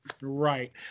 Right